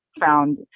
found